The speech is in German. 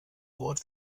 wort